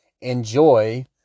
enjoy